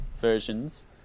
versions